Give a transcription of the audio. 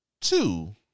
Two